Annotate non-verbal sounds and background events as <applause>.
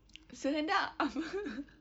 sehendak apa <laughs>